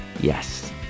Yes